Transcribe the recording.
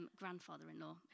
grandfather-in-law